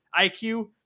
IQ